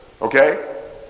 okay